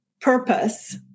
purpose